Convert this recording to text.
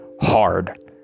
hard